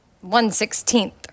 one-sixteenth